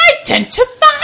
Identify